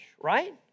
right